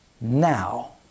now